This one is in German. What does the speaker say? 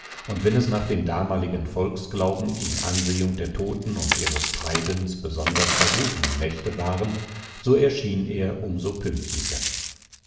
und wenn es nach damaligem volksglauben in ansehung der toten und ihres treibens besonders verrufene nächte waren so erschien er um so pünktlicher